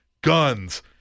guns